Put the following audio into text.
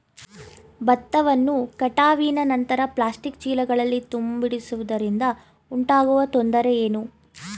ಭತ್ತವನ್ನು ಕಟಾವಿನ ನಂತರ ಪ್ಲಾಸ್ಟಿಕ್ ಚೀಲಗಳಲ್ಲಿ ತುಂಬಿಸಿಡುವುದರಿಂದ ಉಂಟಾಗುವ ತೊಂದರೆ ಏನು?